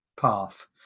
path